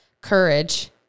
courage